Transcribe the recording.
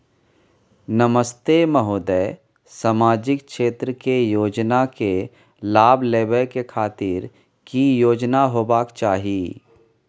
नमस्ते महोदय, सामाजिक क्षेत्र के योजना के लाभ लेबै के खातिर की योग्यता होबाक चाही?